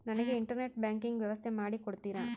ನನಗೆ internet banking ವ್ಯವಸ್ಥೆ ಮಾಡಿ ಕೊಡ್ತೇರಾ?